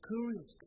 Curious